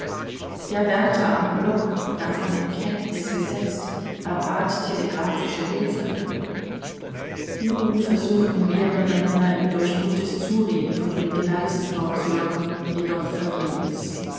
der wärter am block davon in kenntnis gesetzt erbat telegraphische hilfe nun versuchten mehrere männer ihn durch gutes zureden von den geleisen fortzulocken jedoch vergebens